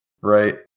Right